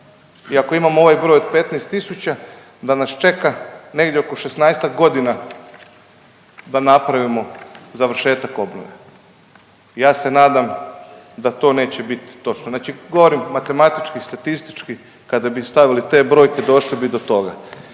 i ako imamo ovaj broj od 15 tisuća, da nas čeka negdje oko 16-tak godina da napravimo završetak obnove. Ja se nadam da to neće bit, točno, znači govorim matematički i statistički kada bi stavili te brojke došli bi do toga.